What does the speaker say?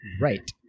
Right